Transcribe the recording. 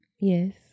Yes